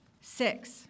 six